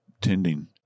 tending